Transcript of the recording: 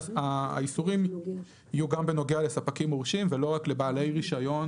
שהאיסורים יהיו גם בנוגע לספקים מורשים ולא רק לבעלי רישיון